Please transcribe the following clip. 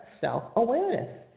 self-awareness